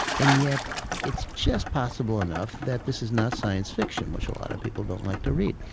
and yet it's just possible enough that this is not science fiction, which a lot of people don't like to read.